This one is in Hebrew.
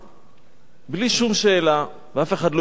בלי שום שאלה, ואף אחד לא יוכל לחלוק על זה,